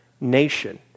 nation